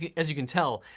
yeah as you can tell,